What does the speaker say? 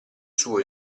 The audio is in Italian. suo